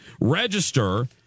Register